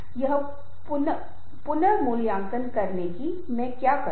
और यह महत्वपूर्ण है कि या तो खुद को कम या ज्यादा मत समझो